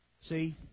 See